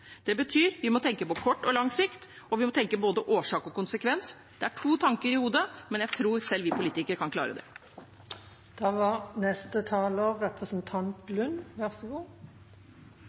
Det betyr at vi må tenke på kort og lang sikt, og vi må tenke både årsak og konsekvens. Det er to tanker i hodet, men jeg tror selv vi politikere kan klare det.